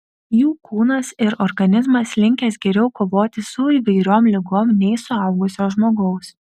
jų kūnas ir organizmas linkęs geriau kovoti su įvairiom ligom nei suaugusio žmogaus